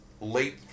late